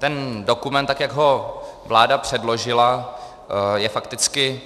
Vlastně ten dokument, tak jak ho vláda předložila, je fakticky